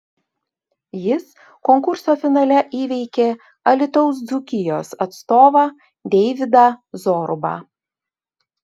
jis konkurso finale įveikė alytaus dzūkijos atstovą deividą zorubą